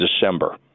December